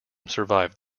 survived